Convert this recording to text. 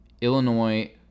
Illinois